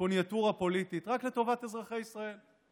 קוניונקטורה פוליטית, רק לטובת אזרחי ישראל.